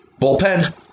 Bullpen